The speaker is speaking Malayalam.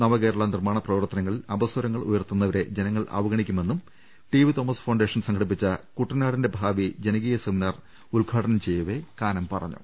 നവേകരള നിർമാണപ്രവർത്തനങ്ങളിൽ അപസ്വരങ്ങൾ ഉയർത്തുന്നവരെ ജനങ്ങൾ അവഗണിക്കുമെന്നും ടിവി തോമസ് ഫൌണ്ടേഷൻ സംഘടിപ്പിച്ച കുട്ടനാടിന്റെ ഭാവി ജനകീയ സെമിനാർ ഉദ്ഘാടനം ചെയ്യവെ കാനം പറഞ്ഞു